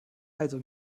also